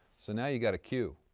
so now you've got a queue.